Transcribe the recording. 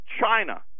China